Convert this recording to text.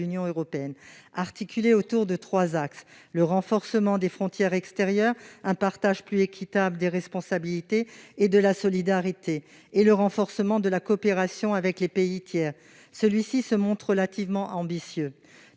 européenne, articulé autour de trois axes : le renforcement des frontières extérieures ; un partage plus équitable des responsabilités et de la solidarité ; le renforcement de la coopération avec les pays tiers. Ce pacte s'est révélé relativement ambitieux.